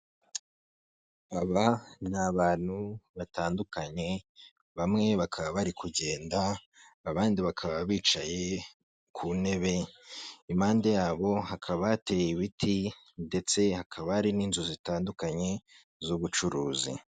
Aba ni abantu batandukanye bamwe bakaba bari kugenda abandi bakaba bicaye ku ntebe, impande yabo hakaba hateye ibiti ndetse hakaba hari n'inzu zitandukanye z'ubucuruzi.